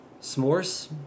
s'mores